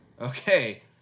Okay